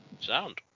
sound